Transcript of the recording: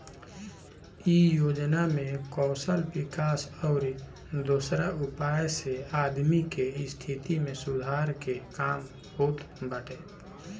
इ योजना में कौशल विकास अउरी दोसरा उपाय से आदमी के स्थिति में सुधार के काम होत बाटे